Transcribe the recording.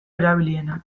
erabilienak